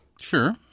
Sure